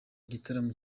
igitaramo